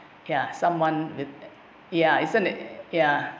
ya someone ya isn't it ya